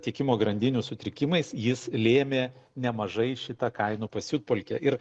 tiekimo grandinių sutrikimais jis lėmė nemažai šitą kainų pasiutpolkę ir